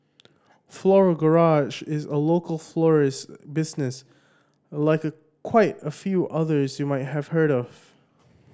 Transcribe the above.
Floral Garage is a local florist business like quite a few others you might have heard of